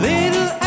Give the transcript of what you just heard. Little